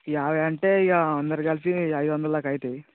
ఇక అంటే ఇగ అందరు కలిపి ఐదొందలు దాకా అవుతాయి